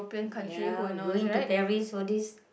ya going to Paris for this